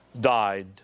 died